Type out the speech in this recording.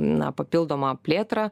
na papildomą plėtrą